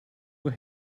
that